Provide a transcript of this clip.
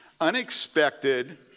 Unexpected